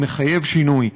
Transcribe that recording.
מחייב שינוי.